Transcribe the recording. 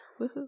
Woohoo